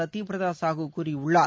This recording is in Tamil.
சத்யபிரதா சாஹூ கூறியுள்ளார்